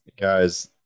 guys